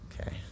Okay